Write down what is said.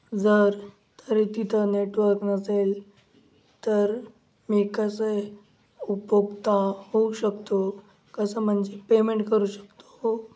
जर तरी तिथं नेटवर्क नसेल तर मी कसं आहे उपोक्ता होऊ शकतो कसं म्हणजे पेमेंट करू शकतो